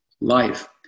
life